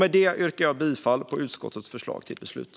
Med detta yrkar jag bifall till utskottets förslag till beslut.